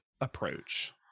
approach